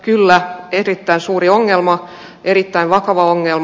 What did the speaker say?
kyllä erittäin suuri ongelma erittäin vakava ongelma